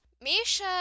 Misha